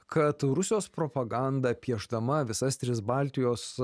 kad rusijos propaganda piešdama visas tris baltijos